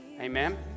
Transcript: Amen